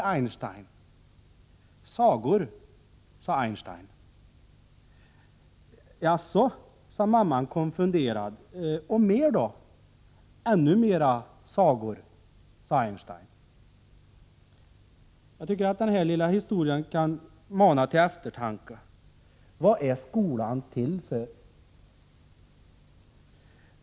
— Sagor, sade Einstein. — Jaså, sade mamman konfunderad, och mer då? — Ännu mera sagor, sade Einstein. Jag tycker att denna lilla historia bör mana till eftertanke. Vad är skolan till för?